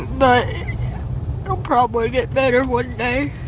but no probably get better wouldn't they